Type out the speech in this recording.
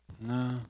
No